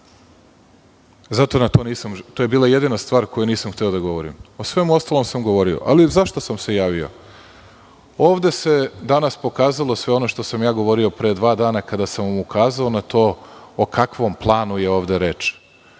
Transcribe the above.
pada na pamet, to je bila jedina stvar o kojoj nisam hteo da govorim, o svemu ostalom sam govorio.Zašto se javio? Ovde se danas pokazalo sve ono što sam ja govorio pre dva dana, kada sam vam ukazao na to o kakvom planu je ovde reč.